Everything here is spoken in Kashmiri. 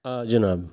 آ جِناب